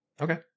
Okay